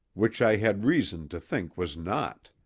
which i had reason to think was not.